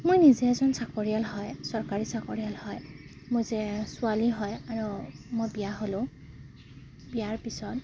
মই নিজে এজন চাকৰিয়াল হয় চৰকাৰী চাকৰিয়াল হয় মই যে ছোৱালী হয় আৰু মই বিয়া হ'লোঁ বিয়াৰ পিছত